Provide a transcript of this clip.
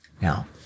Now